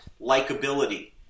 likability